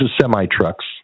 semi-trucks